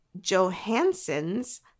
Johansson's